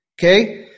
Okay